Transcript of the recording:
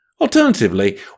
Alternatively